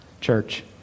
Church